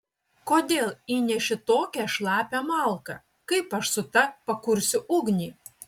kodėl įneši tokią šlapią malką kaip aš su ta pakursiu ugnį